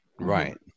right